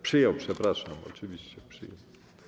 Przyjął, przepraszam, oczywiście, przyjął.